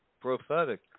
prophetic